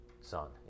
son